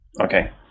Okay